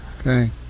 okay